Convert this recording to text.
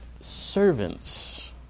servants